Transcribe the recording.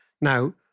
now